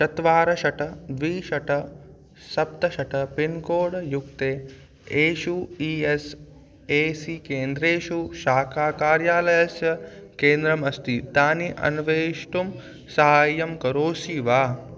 चत्वारि षट् द्वे षट् सप्त षट् पिन्कोड् युक्ते एषु ई एस् ए सी केन्द्रेषु शाखाकार्यालयस्य केन्द्रम् अस्ति तानि अन्वेष्टुं साहाय्यं करोषि वा